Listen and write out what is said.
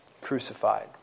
crucified